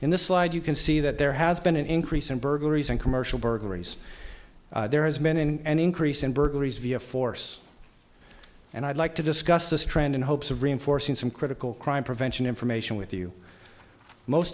in this slide you can see that there has been an increase in burglaries and commercial burglaries there has been and increase in burglaries via force and i'd like to discuss this trend in hopes of reinforcing some critical crime prevention information with you most